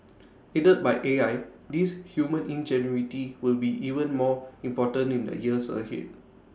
aided by A I this human ingenuity will be even more important in the years ahead